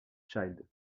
child